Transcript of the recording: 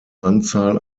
anzahl